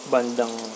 Bandang